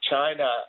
China